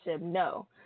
No